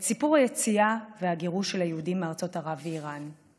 את סיפור היציאה והגירוש של היהודים מארצות ערב ואיראן.